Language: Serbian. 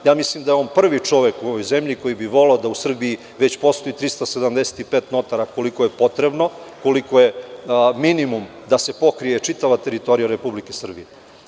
Mislim da je on prvi čovek u ovoj zemlji koji bi voleo da u Srbiji već postoji 375 notara, koliko je potrebno, koliko je minimum da se pokrije čitava teritorija Republike Srbije.